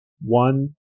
one